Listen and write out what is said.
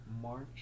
March